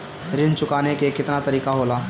ऋण चुकाने के केतना तरीका होला?